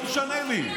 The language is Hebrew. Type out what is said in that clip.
לא משנה מי.